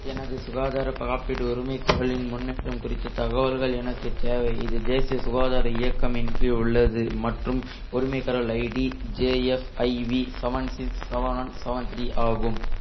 எனது சுகாதார காப்பீடு உரிமைக்கோரலின் முன்னேற்றம் குறித்த தகவல்கள் எனக்கு தேவை இது தேசிய சுகாதார இயக்கமின் கீழ் உள்ளது மற்றும் உரிமைக்கோரல் ID JFIV seven six seven one seven three ஆகும்